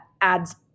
adds